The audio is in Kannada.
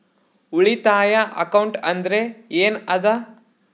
ಉಳಿತಾಯ ಅಕೌಂಟ್ ಅಂದ್ರೆ ಏನ್ ಅದ?